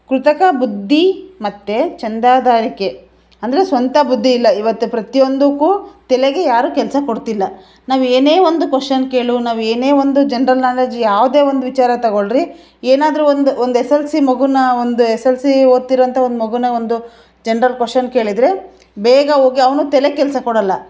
ಕೃತಕ ಬುದ್ಧಿ ಮತ್ತೆ ಚಂದಾದಾರಿಕೆ ಅಂದರೆ ಸ್ವಂತ ಬುದ್ಧಿ ಇಲ್ಲ ಇವತ್ತು ಪ್ರತಿಯೊಂದಕ್ಕೂ ತಲೆಗೆ ಯಾರೂ ಕೆಲಸ ಕೊಡ್ತಿಲ್ಲ ನಾವು ಏನೇ ಒಂದು ಕ್ವಷನ್ ಕೇಳೂ ನಾವು ಏನೇ ಒಂದು ಜನ್ರಲ್ ನಾಲೇಜ್ ಯಾವುದೇ ಒಂದು ವಿಚಾರ ತಗೊಳ್ರಿ ಏನಾದರೂ ಒಂದು ಒಂದು ಎಸ್ ಎಲ್ ಸಿ ಮಗುನಾ ಒಂದು ಎಸ್ ಎಲ್ ಸಿ ಓದ್ತಿರುವಂಥ ಒಂದು ಮಗುನಾ ಒಂದು ಜನ್ರಲ್ ಕ್ವಷನ್ ಕೇಳಿದರೆ ಬೇಗ ಹೋಗಿ ಅವನು ತಲೆಗೆ ಕೆಲಸ ಕೊಡಲ್ಲ